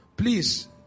Please